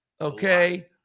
Okay